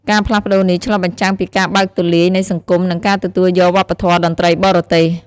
ការផ្លាស់ប្តូរនេះឆ្លុះបញ្ចាំងពីការបើកទូលាយនៃសង្គម និងការទទួលយកវប្បធម៌តន្ត្រីបរទេស។